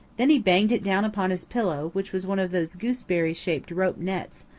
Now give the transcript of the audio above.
then he banged it down upon his pillow, which was one of those gooseberry-shaped rope nets,